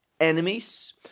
enemies